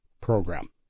Program